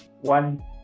one